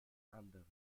anderer